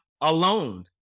alone